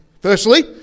Firstly